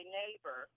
neighbor